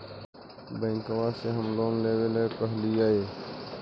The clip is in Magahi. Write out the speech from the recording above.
बैंकवा से हम लोन लेवेल कहलिऐ?